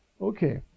Okay